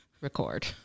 record